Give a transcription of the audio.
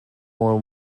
more